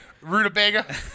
Rutabaga